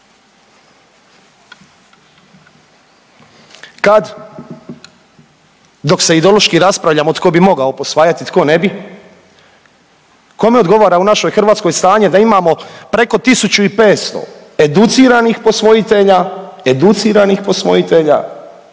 Kad i dok se ideološki raspravljamo tko bi mogao posvajati, a tko ne bi, kome odgovara u našoj Hrvatskoj stanje da imamo preko 1.500 educiranih posvojitelja, educiranih posvojitelja